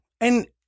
And-